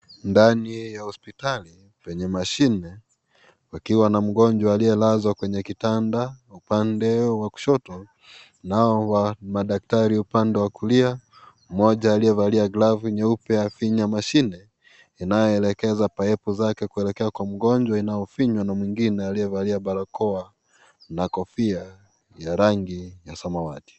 Ndani ya hospitali, penye mashine, pakiwa na mgonjwa aliyelazwa kwenye kitanda upande wa kushoto nao madaktari upande wa kulia. Mmoja aliyevalia glavu nyeupe afinya mashine inayoelekeza paipu, zake kuelekea kwa mgonjwa, inayofinywa na mwingine aliyevalia barakoa na kofia ya rangi ya samawati.